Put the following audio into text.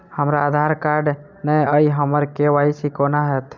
हमरा आधार कार्ड नै अई हम्मर के.वाई.सी कोना हैत?